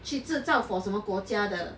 去制造 for 什么国家的